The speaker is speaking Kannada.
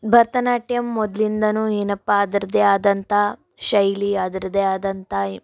ಭರತನಾಟ್ಯಮ್ ಮೊದಲಿಂದನು ಏನಪ್ಪಾ ಅದ್ರದ್ದೇ ಆದಂಥ ಶೈಲಿ ಅದ್ರದ್ದೇ ಆದಂಥ ಈ